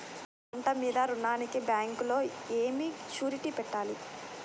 పంట మీద రుణానికి బ్యాంకులో ఏమి షూరిటీ పెట్టాలి?